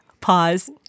Pause